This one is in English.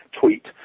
tweet